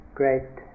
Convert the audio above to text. great